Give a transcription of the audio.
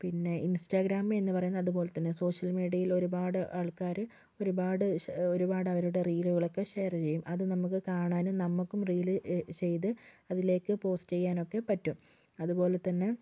പിന്നെ ഇൻസ്റ്റാഗ്രാം എന്ന് പറയുന്നതും അതുപോലെ തന്നെ സോഷ്യൽ മീഡിയയിൽ ഒരുപാട് ആൾക്കാര് ഒരുപാട് അവരുടെ റിയലുകൾ ഒക്കെ ഷെയർ ചെയ്യും അത് നമുക്ക് കാണാനും നമുക്കും റീല് ചെയ്തു അതിലേക്ക് പോസ്റ്റ് ചെയ്യാൻ ഒക്കെ പറ്റും അതുപോലെ തന്നെ